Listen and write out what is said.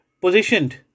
positioned